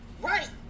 right